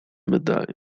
medalion